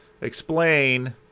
explain